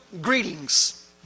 Greetings